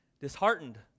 Disheartened